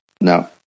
No